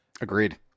Agreed